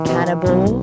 Cannibal